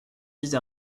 vise